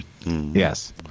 yes